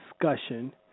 discussion